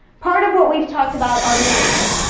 part of what we've talked about are means,